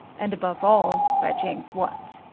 and above all by james watt.